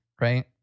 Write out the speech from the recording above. right